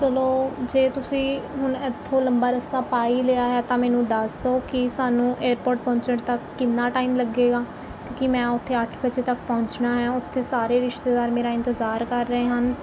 ਚਲੋ ਜੇ ਤੁਸੀਂ ਹੁਣ ਇੱਥੋਂ ਲੰਬਾ ਰਸਤਾ ਪਾ ਹੀ ਲਿਆ ਹੈ ਤਾਂ ਮੈਨੂੰ ਦੱਸ ਦਿਉ ਕਿ ਸਾਨੂੰ ਏਅਰਪੋਰਟ ਪਹੁੰਚਣ ਤੱਕ ਕਿੰਨਾ ਟਾਈਮ ਲੱਗੇਗਾ ਕਿਉਂਕਿ ਮੈਂ ਉੱਥੇ ਅੱਠ ਵਜੇ ਤੱਕ ਪਹੁੰਚਣਾ ਹੈ ਉੱਥੇ ਸਾਰੇ ਰਿਸ਼ਤੇਦਾਰ ਮੇਰਾ ਇੰਤਜ਼ਾਰ ਕਰ ਰਹੇ ਹਨ